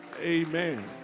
Amen